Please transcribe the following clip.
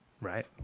right